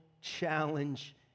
challenge